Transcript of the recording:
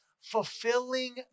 fulfilling